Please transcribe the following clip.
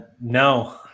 No